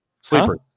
sleepers